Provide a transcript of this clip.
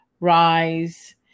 rise